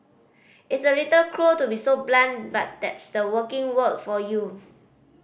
it's a little cruel to be so blunt but that's the working world for you